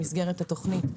במסגרת התכנית,